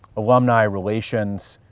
alumni relations,